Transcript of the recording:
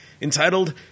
entitled